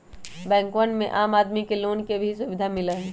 बैंकवन से आम आदमी के लोन के भी सुविधा मिला हई